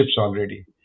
already